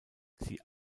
sie